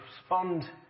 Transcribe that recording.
respond